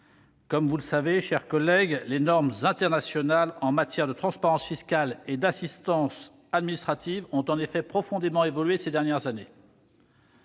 Comme vous le savez, mes chers collègues, les normes internationales en matière de transparence fiscale et d'assistance administrative ont effectivement profondément évolué au cours des dernières années.